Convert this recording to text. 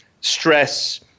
stress